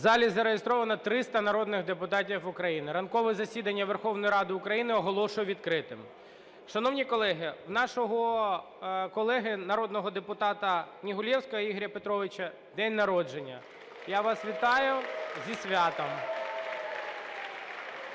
У залі зареєстровано 300 народних депутатів України. Ранкове засідання Верховної Ради України оголошую відкритим. Шановні колеги, у нашого колеги народного депутата Негулевського Ігоря Петровича день народження. Я вас вітаю зі святом!